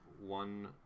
one